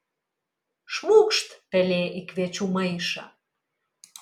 šmūkšt pelė į kviečių maišą